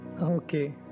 Okay